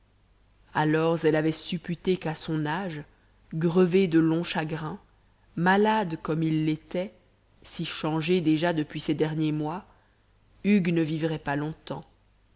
alors elle avait supputé qu'à son âge grevé de longs chagrins malade comme il l'était si changé déjà depuis ces derniers mois hugues ne vivrait pas longtemps